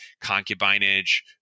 Concubinage